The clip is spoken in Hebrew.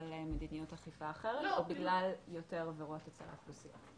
מדיניות אכיפה אחרת או בגלל יותר עבירות של האוכלוסייה.